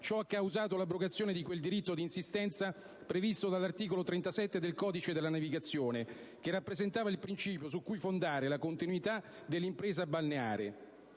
Ciò ha causato l'abrogazione di quel diritto di insistenza previsto dall'articolo 37 del codice della navigazione, che rappresentava il principio su cui fondare la continuità dell'impresa balneare.